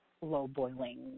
low-boiling